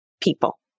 people